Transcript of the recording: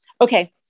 okay